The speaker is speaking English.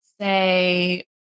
say